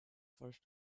first